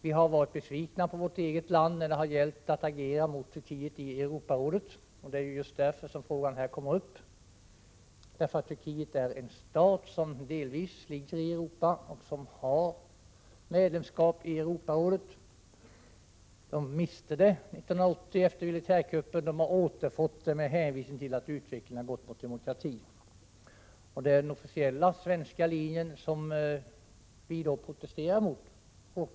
Vi har varit besvikna på vårt eget land när det gällt att agera mot Turkiet i Europarådet, och det är därför som frågan kommer uppi detta sammanhang. Turkiet är en stat som delvis ligger i Europa och som har medlemskap i Europarådet. Turkiet miste detta medlemskap 1980, efter militärkuppen, men har återfått det, med hänvisning till att utvecklingen har gått mot demokrati. Den officiella svenska linjen protesterar vi mot.